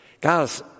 Guys